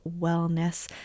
wellness